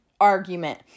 argument